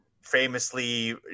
Famously